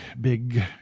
big